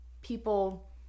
people